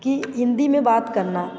कि हिंदी में बात करना